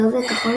צהוב וכחול,